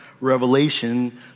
revelation